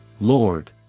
Lord